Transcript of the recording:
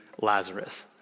Lazarus